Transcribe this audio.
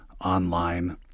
online